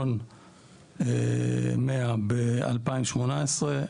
1,100,000 ב-2018.